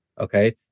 okay